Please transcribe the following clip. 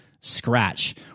Scratch